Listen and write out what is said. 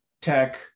tech